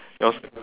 yours eh